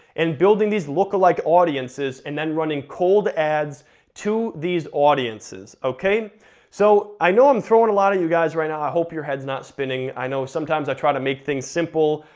and building these lookalike audiences, and then running cold ads to these audiences. so, i know i'm throwing a lot at you guys right now, i hope your heads not spinning, i know sometimes i try to make things simple,